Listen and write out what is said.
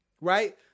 right